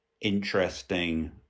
interesting